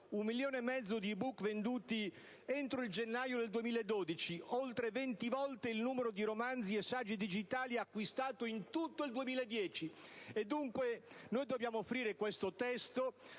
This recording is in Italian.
Un milione e mezzo di *e-book* venduti entro gennaio 2012, oltre 20 volte il numero di romanzi e saggi digitali acquistati in tutto il 2010. Dunque, dobbiamo offrire questo testo